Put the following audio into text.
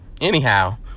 anyhow